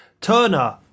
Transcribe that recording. Turner